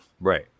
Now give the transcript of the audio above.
right